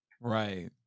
Right